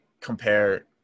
compare